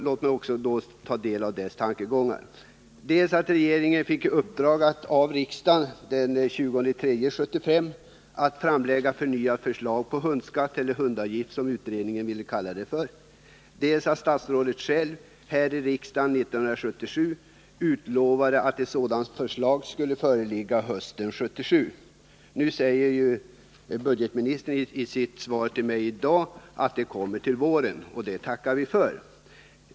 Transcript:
Låt mig också anföra dels att regeringen den 20 mars 1975 fick i uppdrag av riksdagen att framlägga förnyat förslag om hundskatt eller hundavgift, som utredningen ville kalla det, dels att statsrådet själv här i riksdagen 1977 utlovade att ett sådant förslag skulle föreligga hösten 1977. I dag säger budgetministern i sitt svar till mig att förslaget kommer till våren, och det tackar vi för.